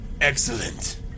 Excellent